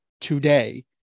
Today